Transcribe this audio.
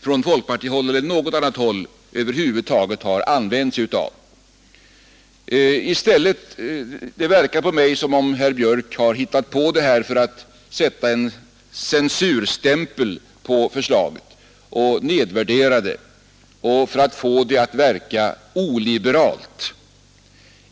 från folkpartihåll eller från något annat håll över huvud taget har begagnat i debatten. Det verkar på mig som om herr Björk hittat på detta för att sätta en censurstämpel på förslaget, nedvärdera det och få det att verka oliberalt.